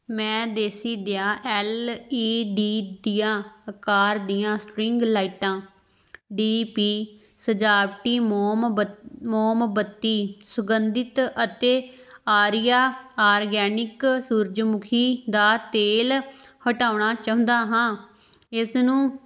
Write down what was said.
ਮੈਂ ਦੇਸੀਦਿਆ L E D ਦੀਆ ਆਕਾਰ ਦੀਆਂ ਸਟ੍ਰਿੰਗ ਲਾਈਟਾਂ ਡੀ ਪੀ ਸਜਾਵਟੀ ਮੋਮ ਬਤ ਮੋਮਬੱਤੀ ਸੁਗੰਧਿਤ ਅਤੇ ਆਰੀਆ ਆਰਗੈਨਿਕ ਸੂਰਜਮੁਖੀ ਦਾ ਤੇਲ ਹਟਾਉਣਾ ਚਾਹੁੰਦਾ ਹਾਂ ਇਸ ਨੂੰ